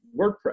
WordPress